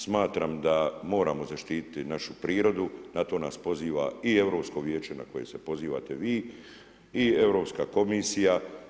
Smatram da moramo zaštititi našu prirodu, na to nas poziva i Europsko vijeće na koje se pozivate vi i Europska komisija.